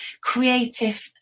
creative